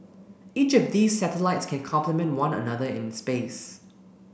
each of these satellites can complement one another in space